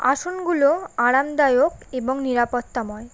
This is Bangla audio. আসনগুলো আরামদায়ক এবং নিরাপত্তাময়